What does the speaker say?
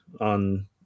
on